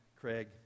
craig